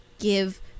give